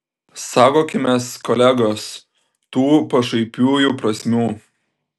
saugokimės kolegos tų pašaipiųjų prasmių